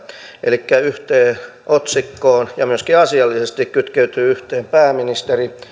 elikkä yhteen otsikkoon ja myöskin asiallisesti kytkeytyy yhteen pääministeri